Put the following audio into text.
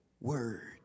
word